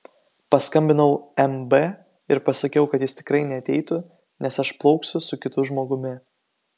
paskambinau mb ir pasakiau kad jis tikrai neateitų nes aš plauksiu su kitu žmogumi